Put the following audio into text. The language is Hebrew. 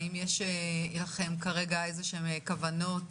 האם יש לכם כרגע איזשהם כוונות,